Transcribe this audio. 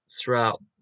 throughout